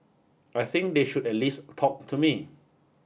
I think they should at least talk to me